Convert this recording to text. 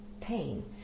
pain